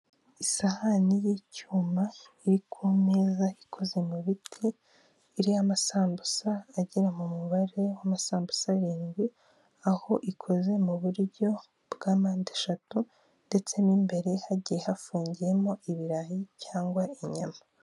Isahani y'icyuma iri ku meza ikoze mu biti iriho amasambusa agera mu mubare w'amasambusa arindwi aho ikoze mu buryo bwa mpande eshatu ndetse n'imbere hagiye hafungiyemo ibirayi cyangwa inyama.